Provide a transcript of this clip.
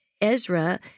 Ezra